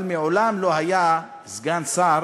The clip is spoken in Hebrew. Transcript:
אבל מעולם לא היה סגן שר